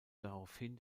daraufhin